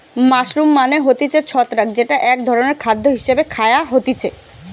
mushroom মানে হতিছে ছত্রাক যেটা এক ধরণের খাদ্য হিসেবে খায়া হতিছে